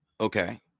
okay